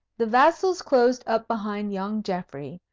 the vassals closed up behind young geoffrey,